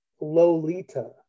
Lolita